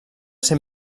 ser